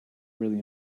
really